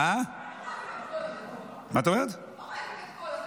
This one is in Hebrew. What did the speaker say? לא חייבים את כל הדקות.